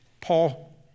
Paul